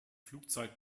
flugzeit